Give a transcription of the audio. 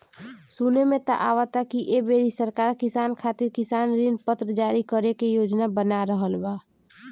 सुने में त आवता की ऐ बेरी सरकार किसान खातिर किसान ऋण पत्र जारी करे के योजना बना रहल बा